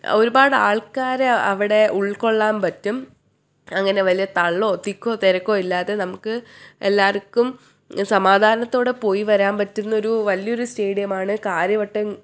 ഒരുപാട് ആൾക്കാരെ അവിടെ ഉൾക്കൊള്ളാൻ പറ്റും അങ്ങനെ വലിയ തള്ളോ തിക്കോ തിരക്കോ ഇല്ലാതെ നമുക്ക് എല്ലാവർക്കും സമാധാനത്തോടെ പോയി വരാൻ പറ്റുന്നൊരു വലിയൊരു സ്റ്റേഡിയമാണ് കാര്യവട്ടം